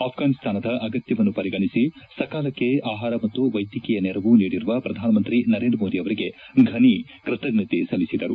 ಅಪ್ಪಾನಿಸ್ತಾನದ ಅಗತ್ಯವನ್ನು ಪರಿಗಣಿಸಿ ಸಕಾಲಕ್ಷೆ ಆಹಾರ ಮತ್ತು ವೈದ್ಯಕೀಯ ನೆರವು ನೀಡಿರುವ ಪ್ರಧಾನಮಂತ್ರಿ ನರೇಂದ್ರ ಮೋದಿ ಅವರಿಗೆ ಫನಿ ಕ್ವತಜ್ಞತೆ ಸಲ್ಲಿಸಿದರು